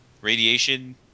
Radiation